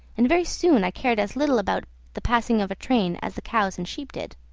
and very soon i cared as little about the passing of a train as the cows and sheep did.